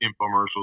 infomercials